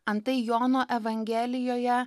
antai jono evangelijoje